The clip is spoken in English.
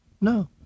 No